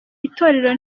itorero